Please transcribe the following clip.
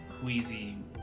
queasy